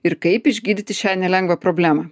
ir kaip išgydyti šią nelengvą problemą